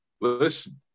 listen